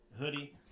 hoodie